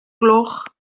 gloch